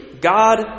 God